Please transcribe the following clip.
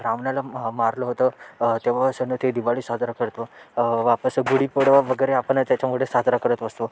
रावणाला मारलं होतं तेव्हापासून ते दिवाळी साजरा करतो वापस गुढीपाडवा वगैरे आपण त्याच्यामुळेच साजरा करत असतो